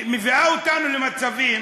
מביאה אותנו למצבים